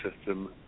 system